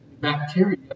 bacteria